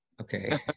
Okay